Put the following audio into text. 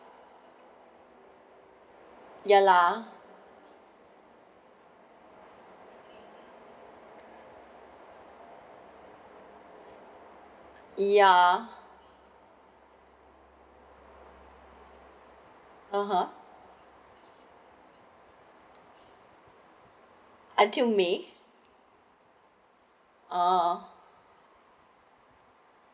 ya lah ya (uh huh) until me ah